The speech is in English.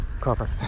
cover